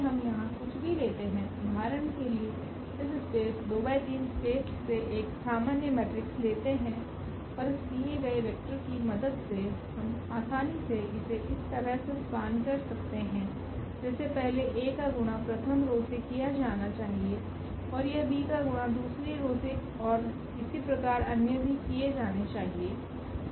इसलिए हम यहां कुछ भी लेते हैं उदाहरण के लिए इस स्पेस 2 ×3 स्पेस से एक सामान्य मैट्रिक्स लेते हैं और इस दिए गए वेक्टर की मदद से हम आसानी से इसे इस तरह से स्पान कर सकते है जैसे पहले a का गुणा प्रथम रो से किया जाना चाहिए और यह b का गुणा दूसरी रो से और इसी प्रकार अन्य भी किये जाने चाहिए